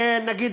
נגיד,